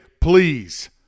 please